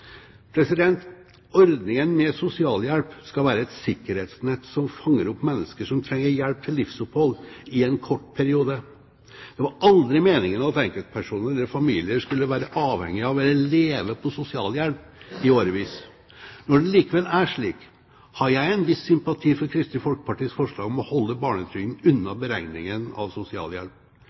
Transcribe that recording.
Ordningen med sosialhjelp skal være et sikkerhetsnett som fanger opp mennesker som trenger hjelp til livsopphold i en kort periode. Det var aldri meningen at enkeltpersoner eller familier skulle være avhengig av eller leve på sosialhjelp i årevis. Når det likevel er slik, har jeg en viss sympati for Kristelig Folkepartis forslag om å holde barnetrygden unna beregningen av sosialhjelp.